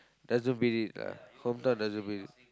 doesn't beat it lah hometown doesn't beat it